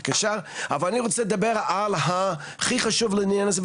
אבל אני רוצה לדבר על הכי חשוב לעניין הזה,